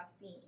scene